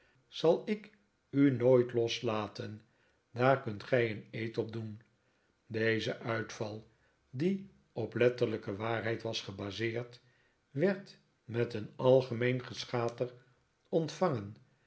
zal ik u nooit loslaten daar kunt gij een eed op doen deze uitval die op letterlijke waarheid was gebaseerd werd met een algemeen geschater ontvangen